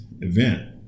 event